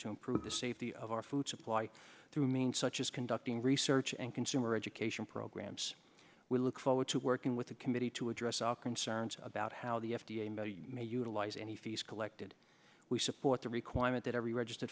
to improve the safety of our food supply through maine such as conducting research and consumer education programs we look forward to working with the committee to address our concerns about how the f d a may utilize any fees collected we support the requirement that every register